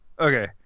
Okay